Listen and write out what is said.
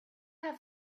have